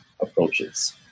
approaches